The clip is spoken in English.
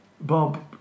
Bob